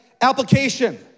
Application